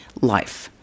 life